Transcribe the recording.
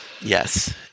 Yes